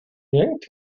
yanked